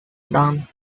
done